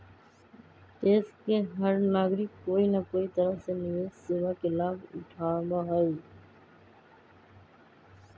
देश के हर नागरिक कोई न कोई तरह से निवेश सेवा के लाभ उठावा हई